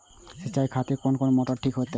सीचाई खातिर कोन मोटर ठीक होते?